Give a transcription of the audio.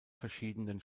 verschiedenen